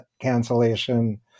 cancellation